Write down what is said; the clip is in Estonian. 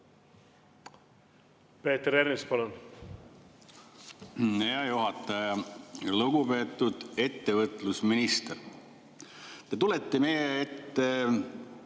Peeter Ernits, palun! Hea juhataja! Lugupeetud ettevõtlusminister! Te tulete meie ette